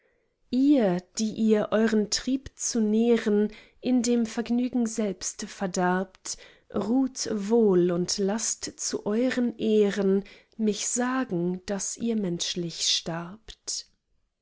ihr die ihr euren trieb zu nähren in dem vergnügen selbst verdarbt ruht wohl und laßt zu euren ehren mich sagen daß ihr menschlich starbt